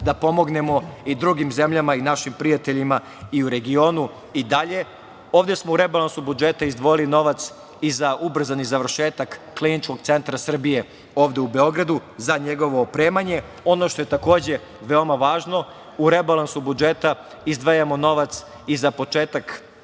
da pomognemo i drugim zemljama i našim prijateljima i u regionu i dalje. Ovde smo u rebalansu budžeta izdvojili novac i za ubrzani završetak KCS, ovde u Beogradu, za njegovo opremanje. Ono što je takođe veoma važno, u rebalansu budžeta izdvajamo novac i za početak